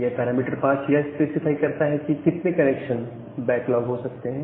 यह पैरामीटर 5 यह स्पेसिफाई करता है कि कितने कनेक्शन बैकलॉग हो सकते हैं